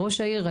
העיר,